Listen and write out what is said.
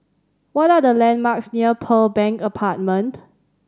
what are the landmarks near Pearl Bank Apartment